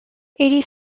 eighty